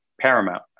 paramount